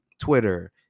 twitter